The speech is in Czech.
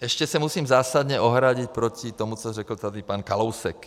Ještě se musím zásadně ohradit proti tomu, co řekl tady pan Kalousek.